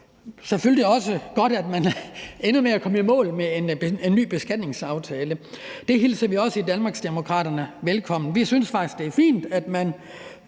selvfølgelig også godt, at man ender med at komme i mål med en ny beskatningsaftale. Det hilser vi også velkommen i Danmarksdemokraterne. Vi synes faktisk, det er fint, at man